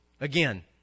again